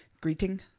Greeting